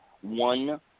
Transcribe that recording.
one